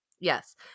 Yes